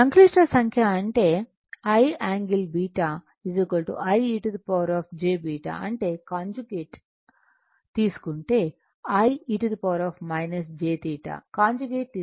సంక్లిష్ట సంఖ్య అంటే I∠β Iejβ అంటే కాంజుగేట్ తీసుకుంటే I e jβ కాంజుగేట్ తీసుకున్నాను